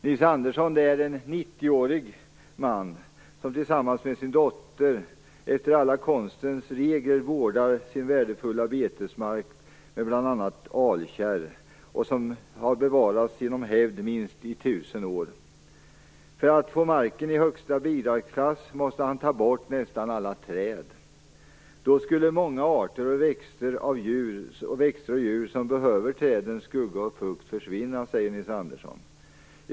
Nils Andersson är en 90-årig man som tillsammans med sin dotter efter alla konstens regler vårdar sin värdefulla betesmark med bl.a. alkärr, som har bevarats genom hävd under minst tusen år. För att få marken i högsta bidragsklass måste han ta bort nästan alla träd. Då skulle många arter av växter och djur som behöver trädens skugga och fukt försvinna, säger Nils Andersson.